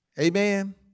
Amen